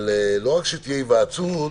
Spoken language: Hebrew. לא רק שתהיה היוועצות,